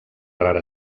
rara